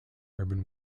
urban